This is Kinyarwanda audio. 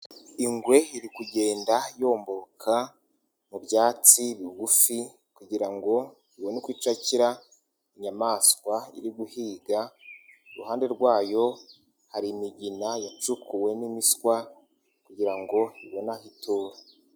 Ingwe iri kugenda yomboka, mu byatsi bigufi, kugira ngo ibone uko icakira inyamaswa iri guhiga. iruhande rwayo, hari imigina yacukuwe n'imiswa, kugira ngo ibone aho itura.